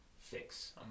fix